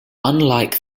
unlike